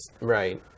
Right